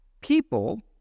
People